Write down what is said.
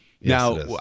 Now